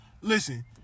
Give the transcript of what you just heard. listen